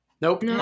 nope